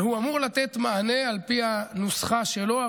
והוא אמור לתת מענה על פי הנוסחה שלו.